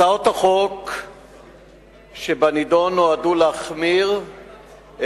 הצעות החוק שבנדון נועדו להחמיר